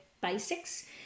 basics